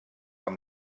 amb